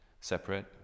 separate